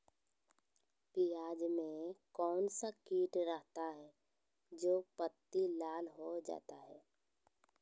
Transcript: प्याज में कौन सा किट रहता है? जो पत्ती लाल हो जाता हैं